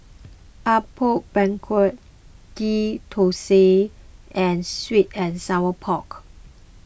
Apom Berkuah Ghee Thosai and Sweet and Sour Pork